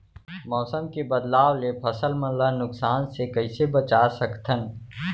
मौसम के बदलाव ले फसल मन ला नुकसान से कइसे बचा सकथन?